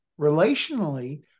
relationally